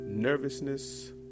Nervousness